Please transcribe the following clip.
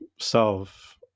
self